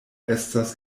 estas